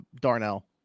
Darnell